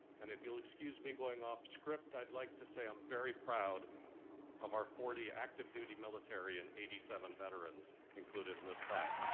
and if you'll excuse me going off script i'd like to say i'm proud of our forty active duty military and eighty seven veterans included in this class.